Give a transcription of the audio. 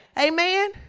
amen